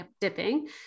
dipping